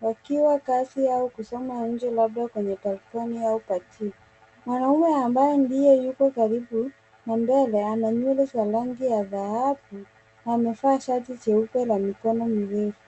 wakiwa kazi au kusoma nje labda kwenye tarakilishi . Mwanaume ambaye ndiye yuko karibu na mbele ana nywele za rangi ya dhahabu na amevaa shati jeupe la mikono mirefu.